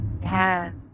Yes